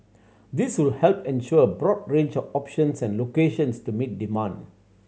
this will help ensure a broad range of options and locations to meet demand